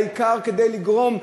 העיקר כדי לגרום,